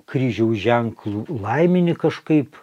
kryžiaus ženklu laimini kažkaip